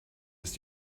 ist